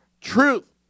truth